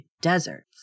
deserts